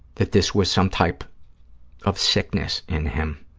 that this was some type of sickness in him,